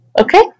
Okay